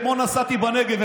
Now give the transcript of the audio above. אתמול נסעתי בנגב,